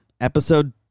episode